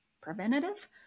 preventative